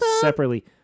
separately